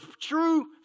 true